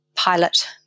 Pilot